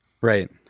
Right